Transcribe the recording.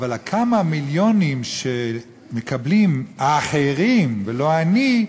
אבל כמה המיליונים שמקבלים האחרים ולא אני,